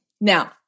now